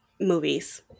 movies